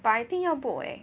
but I think 要 book eh